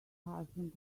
husband